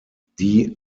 die